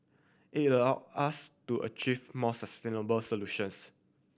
it allow us to achieve more sustainable solutions